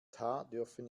dürfen